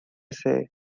say